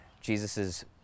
Jesus's